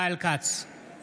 נגד רון כץ, בעד